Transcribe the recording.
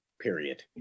period